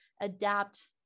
adapt